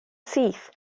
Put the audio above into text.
syth